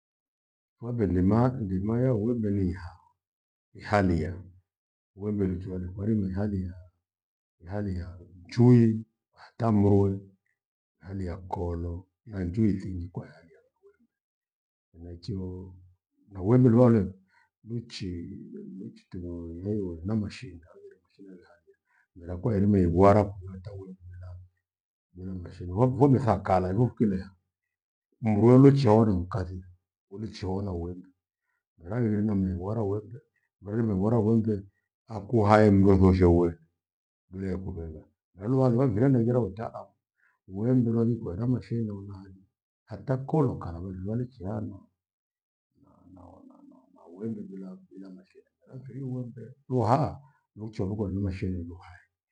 Wembe ndema ndema ya wembe nihao, nihaliya. Wembe nichorwie kwarima ihaliya, ihaliya nchui hata mboghoe, haliya kolo, na njui zinji kwahaliya kho eh! Henachio na wembe luale luchi- luchi tino lileloliwe na mashine haghire mashine rehajira mira kwa irima igwara kuwa taiwima kilavu. Hilo ni mashine vome- vometha kala ivo nkileha. Mbue luchiori nkathi uliichiona uwende mira ghire namrei wara uwembe mira mivona uwembe hakuhai mndue thosho hue mile kuvevea. Halu wandu waghire ndeghera utaalamu wembe lolikwea na mashine uladu hata kolokana na vele wandu walichiaha na- na wembe bila- bila mashine mira mfiri wembe luhaa lucho lugho vimashine gho hai